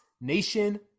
Nation